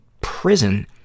prison